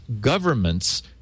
government's